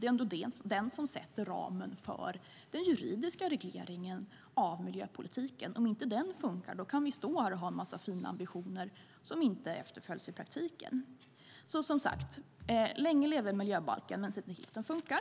Det är ändå den som sätter ramen för den juridiska regleringen av miljöpolitiken. Om inte den funkar, då kan vi stå här och ha en massa fina ambitioner som inte efterföljs i praktiken. Länge leve miljöbalken, men se till att den funkar!